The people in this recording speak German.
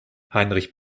heinrich